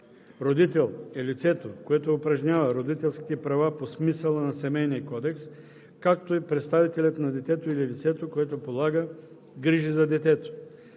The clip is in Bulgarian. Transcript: „Родител“ е лицето, което упражнява родителските права по смисъла на Семейния кодекс, както и представителят на детето или лицето, което полага грижи за детето.